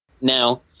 Now